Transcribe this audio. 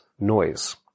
noise